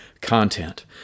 content